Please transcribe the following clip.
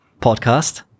podcast